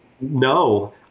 no